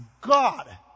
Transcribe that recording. God